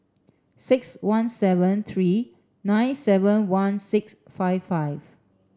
six one seven three nine seven one six five five